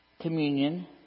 communion